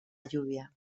lluvia